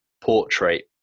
portrait